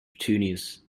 petunias